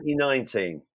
2019